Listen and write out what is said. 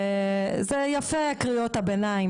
זה יפה קריאות הביניים,